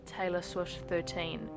TaylorSwift13